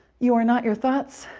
you are not your thoughts.